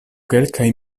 kelkaj